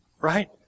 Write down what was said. right